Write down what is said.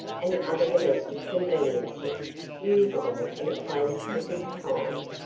and other domestic conveniences usable in a place of this kind.